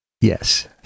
Yes